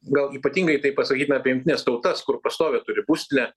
gal ypatingai tai pasakytina apie jungtines tautas kur pastovią turi būstinę